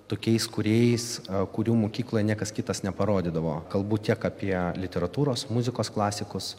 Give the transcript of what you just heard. tokiais kūrėjais kurių mokykloj niekas kitas neparodydavo kalbu tiek apie literatūros muzikos klasikus